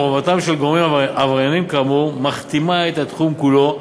מעורבותם של גורמים עברייניים כאמור מכתימה את התחום כולו,